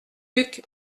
duc